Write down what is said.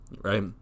right